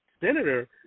Senator